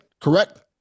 Correct